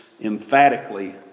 emphatically